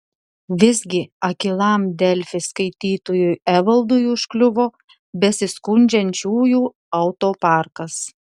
visgi akylam delfi skaitytojui evaldui užkliuvo besiskundžiančiųjų autoparkas